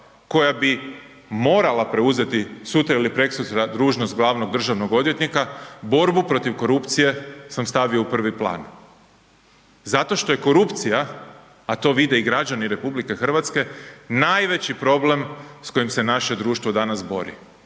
koja bi morala preuzeti sutra il prekosutra dužnost glavnog državnog odvjetnika, borbu protiv korupcije sam stavio u prvi plan zato što je korupcija, a to vide i građani RH, najveći problem s kojim se naše društvo danas bori,